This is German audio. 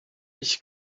ich